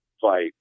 fight